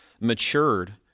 matured